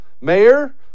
Mayor